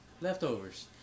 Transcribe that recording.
Leftovers